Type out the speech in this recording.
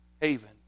haven